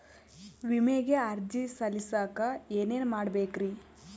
ವಿಮೆಗೆ ಅರ್ಜಿ ಸಲ್ಲಿಸಕ ಏನೇನ್ ಮಾಡ್ಬೇಕ್ರಿ?